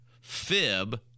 fib